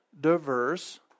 diverse